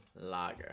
Lager